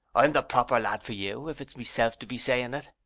i'm the proper lad for you, if it's meself do be saying it.